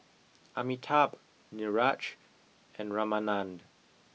Amitabh Niraj and Ramanand